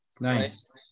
nice